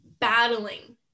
Battling